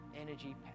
Energy